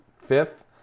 fifth